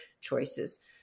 choices